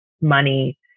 money